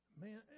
Man